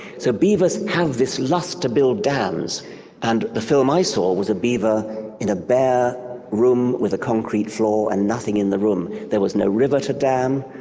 so beavers have this lust to build dams and the film i saw was a beaver in a bare room with a concrete floor and nothing in the room, there was no river to dam,